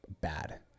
bad